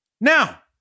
Now